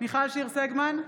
מיכל שיר סגמן,